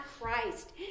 Christ